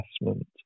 investment